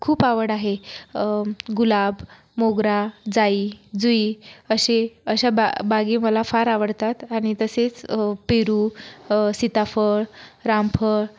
खूप आवड आहे गुलाब मोगरा जाई जुई असे अशा बा बागा मला फार आवडतात आणि तसेच पेरू सीताफळ रामफळ